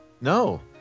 no